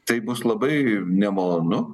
tai bus labai nemalonu